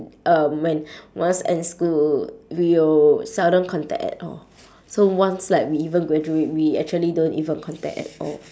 um when once end school we will seldom contact at all so once like we even graduate we actually don't like even contact at all